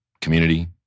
community